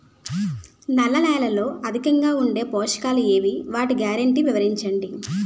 నల్ల నేలలో అధికంగా ఉండే పోషకాలు ఏవి? వాటి గ్యారంటీ వివరించండి?